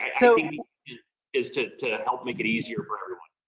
and so is to to help make it easier for everyone.